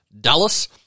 Dallas